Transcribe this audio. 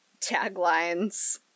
taglines